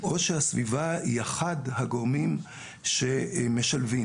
או שהסביבה היא אחד הגורמים שמשלבים.